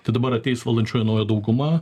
tai dabar ateis valdančioji nauja dauguma